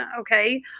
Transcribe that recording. okay